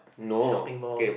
shopping mall